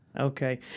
Okay